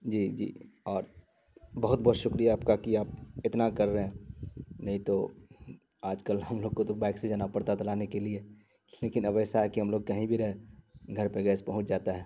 جی جی اور بہت بہت شکریہ آپ کا کہ آپ اتنا کر رہے ہیں نہیں تو آج کل ہم لوگ کو تو بائک سے جانا پڑتا تھا لانے کے لیے لیکن اب ایسا ہے کہ ہم لوگ کہیں بھی رہیں گھر پہ گیس پہنچ جاتا ہے